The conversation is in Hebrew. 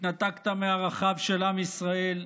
התנתקת מערכיו של עם ישראל,